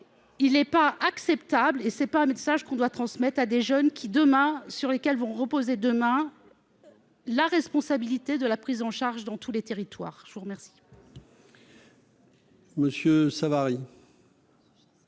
il est pas acceptable et c'est pas un message qu'on doit transmettre à des jeunes qui, demain, sur lesquelles vont reposer demain la responsabilité de la prise en charge dans tous les territoires, je vous remercie.